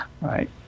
Right